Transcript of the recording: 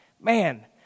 man